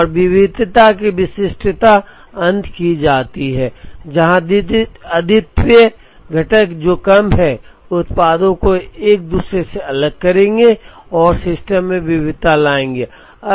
और विविधता की विशिष्टता अंत की ओर आती है जहां अद्वितीय घटक जो कम हैं उत्पादों को एक दूसरे से अलग करेंगे और सिस्टम में विविधता लाएंगे